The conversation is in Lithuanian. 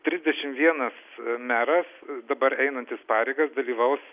trisdešim vienas meras dabar einantis pareigas dalyvaus